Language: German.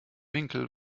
winkel